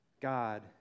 God